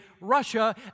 Russia